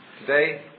Today